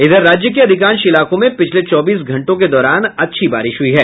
इधर राज्य के अधिकांश इलाकों में पिछले चौबीस घंटों के दौरान अच्छी बारिश हुई है